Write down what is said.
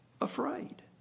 afraid